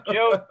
Joe